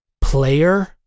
player